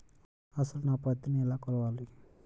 అసలు నా పత్తిని ఎలా కొలవాలి?